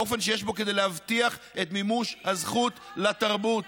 באופן שיש בו להבטיח את מימוש הזכות לתרבות".